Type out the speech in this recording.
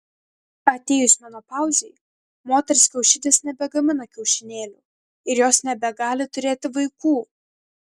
atėjus menopauzei moters kiaušidės nebegamina kiaušinėlių ir jos nebegali turėti vaikų